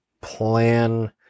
plan